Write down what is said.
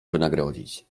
wynagrodzić